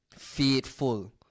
Faithful